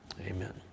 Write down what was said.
Amen